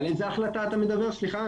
על איזו החלטה אתה מדבר, סליחה?